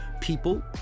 people